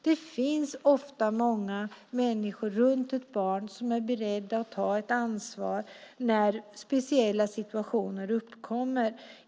Det finns ofta många människor runt ett barn som är beredda att ta ett ansvar när speciella situationer uppkommer.